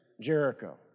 Jericho